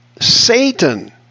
Satan